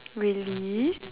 really